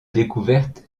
découverte